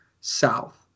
South